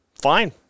fine